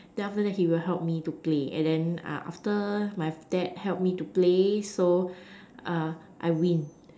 then after that he will help me to play and then after my dad help me to play so I win